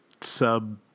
sub